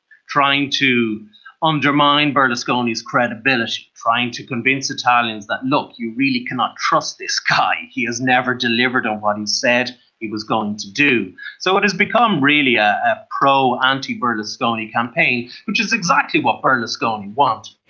trying to undermine berlusconi's credibility, trying to convince italians that, look, you really cannot trust this guy, he has never delivered on what he and said he was going to do. so it has become really a pro anti-berlusconi campaign, which is exactly what berlusconi wants.